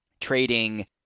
trading